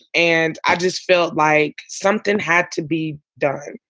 and i just felt like something had to be done.